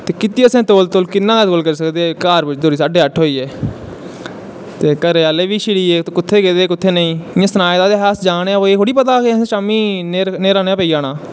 कीत्ती असैं तौल तौल घर पुजदें धोड़ी साढे अट्ठ होई गे ते घरे आह्ले बी छिड़ी गे कुत्थें गेदे हे कुत्थें नेईं सनाए दा हा कि अस जा करने पर एह् थोह्ड़़ी दा पता कि शाम्मी न्हेरा पेई जाना